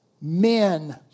men